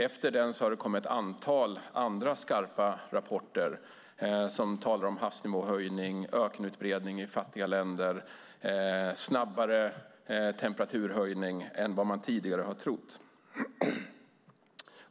Efter den har det kommit ett antal andra skarpa rapporter som talar om havsnivåhöjning, ökenutbredning i fattiga länder och snabbare temperaturhöjning än vad man tidigare har trott.